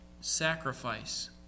sacrifice